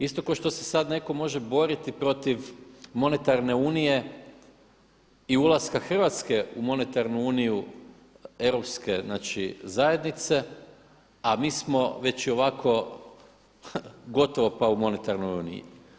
Isto kao što se sada netko može boriti protiv monetarne unije i ulaska Hrvatske u monetarnu uniju Europske znači zajednice a mi smo već i ovako gotovo pa u monetarnoj uniji.